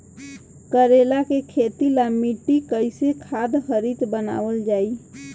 करेला के खेती ला मिट्टी कइसे खाद्य रहित बनावल जाई?